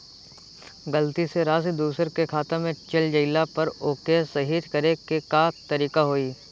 गलती से राशि दूसर के खाता में चल जइला पर ओके सहीक्ष करे के का तरीका होई?